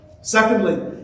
Secondly